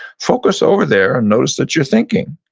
focus over there and notice that you're thinking.